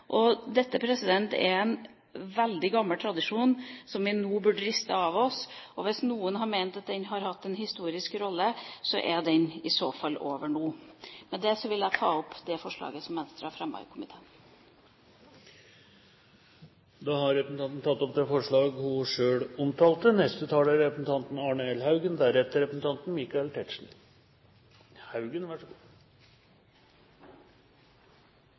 Dette er en veldig gammel tradisjon som vi nå burde riste av oss. Hvis noen har ment at den har hatt en historisk rolle, er den i så fall over nå. Med det vil jeg ta opp det forslaget som Venstre har fremmet i innstillingen. Representanten Trine Skei Grande har tatt opp det forslaget hun